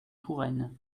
touraine